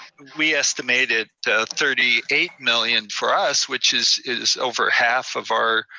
we estimated thirty eight million for us, which is is over half of our